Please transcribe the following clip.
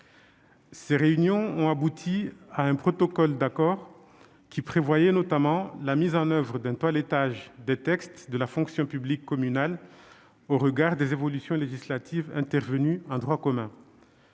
Ces réunions ont abouti à un protocole d'accord, qui prévoyait, notamment, la mise en oeuvre d'un toilettage des textes de la fonction publique communale au regard des évolutions législatives intervenues en droit commun.